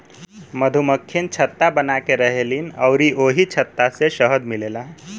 मधुमक्खि छत्ता बनाके रहेलीन अउरी ओही छत्ता से शहद मिलेला